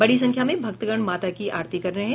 बड़ी संख्या में भक्तगण माता की आरती कर रहे हैं